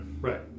right